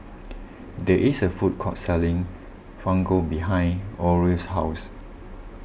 there is a food court selling Fugu behind Orie's house